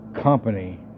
company